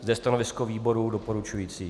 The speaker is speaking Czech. Zde je stanovisko výboru doporučující.